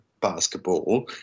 basketball